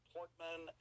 Portman